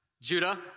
Judah